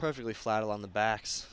perfectly flat on the backs